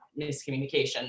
miscommunication